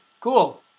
Cool